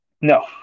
No